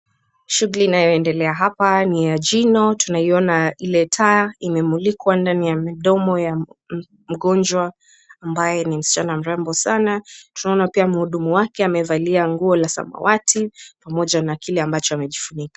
Shughuli inayoendelea hapa ni ya jino, tunaiona ile taa imemulikwa ndani ya midomo ya mgonjwa ambaye ni msichana mrembo sana, tunaona pia mhudumu wake amevalia nguo la samawati pamoja na kile ambacho amejifunika.